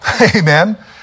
Amen